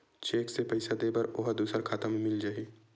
Cheque से पईसा दे बर ओहा दुसर खाता म मिल जाही?